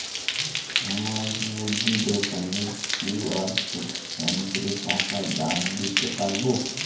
আমার মুদি দোকানের কিউ.আর কোড স্ক্যান করে টাকা দাম দিতে পারব?